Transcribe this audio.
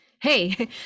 hey